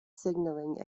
signalling